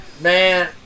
man